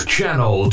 Channel